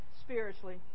spiritually